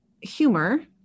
humor